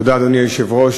תודה, אדוני היושב-ראש.